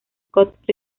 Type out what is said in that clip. scott